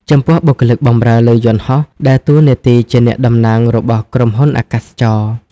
ចំពោះបុគ្គលិកបម្រើលើយន្តហោះដើរតួនាទីជាអ្នកតំណាងរបស់ក្រុមហ៊ុនអាកាសចរណ៍។